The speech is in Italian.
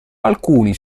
alcuni